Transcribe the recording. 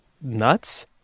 Nuts